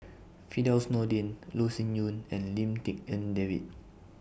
Firdaus Nordin Loh Sin Yun and Lim Tik En David